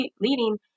leading